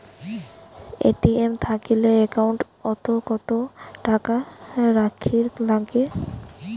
ATM থাকিলে account ওত কত টাকা রাখীর নাগে?